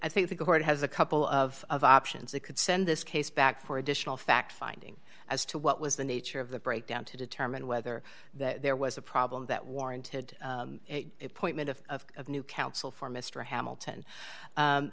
i think the court has a couple of options they could send this case back for additional fact finding as to what was the nature of the breakdown to determine whether there was a problem that warranted a point of of new counsel for mr hamilton